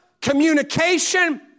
communication